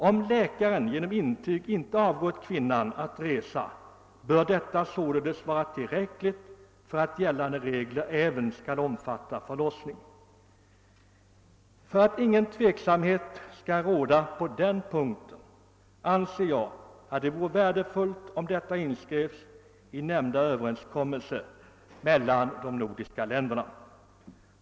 Om läkare genom intyg inte avrått kvinnan från att resa bör det vara tillräckligt för att gällande regler även skall omfatta förlossning. För att ingen tveksamhet skall råda på denna punkt anser jag att det vore värdefullt om detta skrevs in i den nämnda överenskommelsen mellan de nordiska länderna.